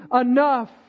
enough